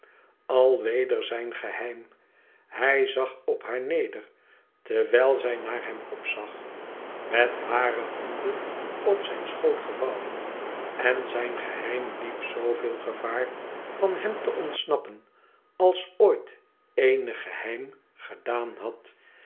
alweder zijn geheim hij zag op haar neder terwijl zij naar hem opzag met hare handen op zijn schoot gevouwen en zijn geheim liep zooveel gevaar van hem te ontsnappen als ooit eenig geheim gedaan had